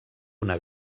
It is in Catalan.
una